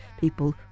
people